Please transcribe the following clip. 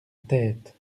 tête